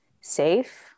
safe